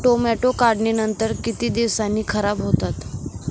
Tomato काढणीनंतर किती दिवसांनी खराब होतात?